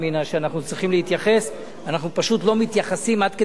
אנחנו פשוט לא מתייחסים עד כדי כך שאפילו אין לנו על זה חובת מחאה.